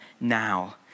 now